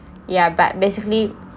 ya but basically